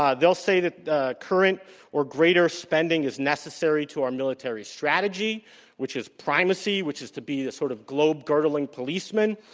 um they'll say that current or greater spending is necessary to our military strategy which is primacy, which is to be a sort of globe girdling policeman.